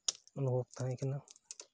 ᱚᱱᱩᱵᱷᱚᱵ ᱛᱟᱦᱮᱸ ᱠᱟᱱᱟ